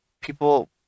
people